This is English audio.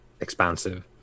expansive